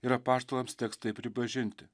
ir apaštalams teks tai pripažinti